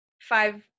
five